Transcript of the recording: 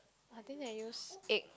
I think their use eight